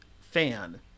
fan